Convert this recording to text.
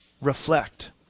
reflect